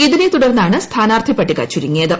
ഇതിനെ തുടർന്നാണ് സ്ഥാനാർത്ഥി ്പട്ടിക ചുരുങ്ങിയത്